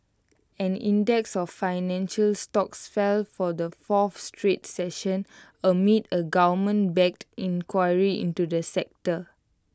an index of financial stocks fell for the fourth straight session amid A government backed inquiry into the sector